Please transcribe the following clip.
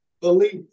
belief